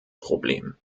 problem